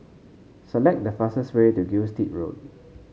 select the fastest way to Gilstead Road